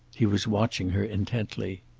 he was watching her intently.